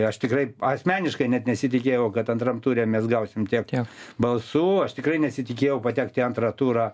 aš tikrai asmeniškai net nesitikėjau kad antram ture mes gausim tiek balsų aš tikrai nesitikėjau patekt į antrą turą